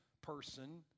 person